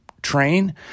train